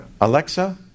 Alexa